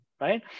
right